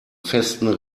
festen